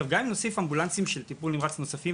גם אם נוסיף אמבולנסים של טיפול נמרץ נוספים,